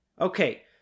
Okay